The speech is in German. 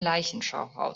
leichenschauhaus